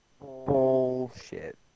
Bullshit